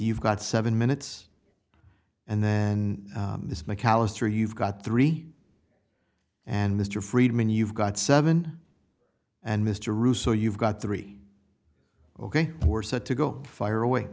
you've got seven minutes and then miss macallister you've got three and mr friedman you've got seven and mr russo you've got three ok we're set to go fire away